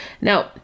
Now